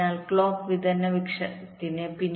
അതിനാൽ ക്ലോക്ക് വിതരണ വൃക്ഷത്തിന്clock distribution tree